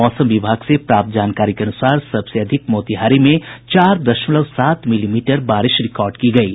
मौसम विभाग से प्राप्त जानकारी के अनुसार सबसे अधिक मोतिहारी में चार दशमलव सात मिलीमीटर बारिश रिकॉर्ड की गयी